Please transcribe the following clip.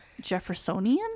Jeffersonian